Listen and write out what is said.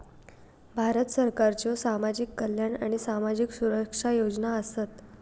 भारत सरकारच्यो सामाजिक कल्याण आणि सामाजिक सुरक्षा योजना आसत